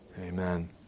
Amen